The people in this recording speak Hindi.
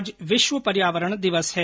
आज विश्व पर्यावरण दिवस है